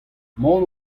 mont